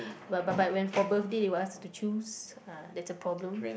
but but but when for birthday they will ask you to choose ah that's a problem